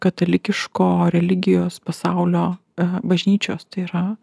katalikiško religijos pasaulio bažnyčios tai yra